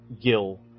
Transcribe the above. Gil